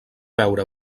veure